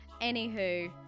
anywho